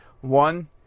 one